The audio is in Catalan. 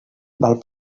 val